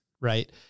right